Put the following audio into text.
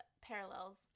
parallels